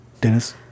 Dennis